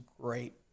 great